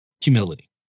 humility